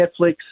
Netflix